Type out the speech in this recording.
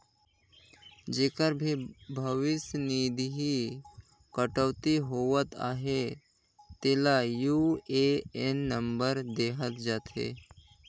जेकर भी भविस निधि कटउती होवत अहे तेला यू.ए.एन नंबर देहल जाथे